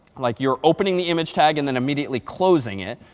like you're opening the image tag and then immediately closing it,